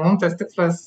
mum tas tikslas